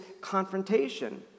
confrontation